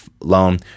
loan